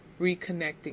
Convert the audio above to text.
reconnecting